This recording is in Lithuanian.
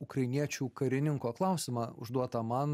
ukrainiečių karininko klausimą užduotą man